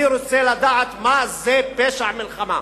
אני רוצה לדעת מה זה פשע מלחמה.